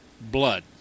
blood